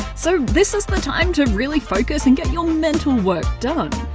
so this is the time to really focus and get your mental work done.